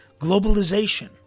Globalization